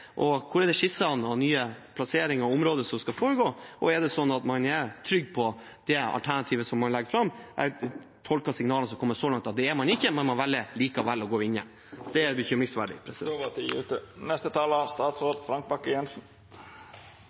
at man er trygg på det alternativet man legger fram? Jeg tolker signalene som har kommet så langt, dit hen at det er man ikke, men man velger likevel å gå videre. Det er bekymringsfullt. Det er